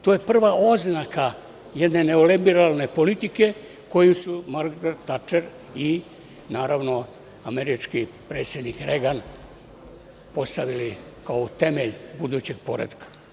To je prva oznaka jedne neoliberalne politike koju su Margaret Tačer i naravno američki predsednik Regan, postavili kao temelj budućeg poretka.